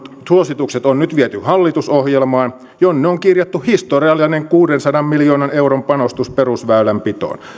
suositukset on nyt viety hallitusohjelmaan jonne on kirjattu historiallinen kuudensadan miljoonan euron panostus perusväylänpitoon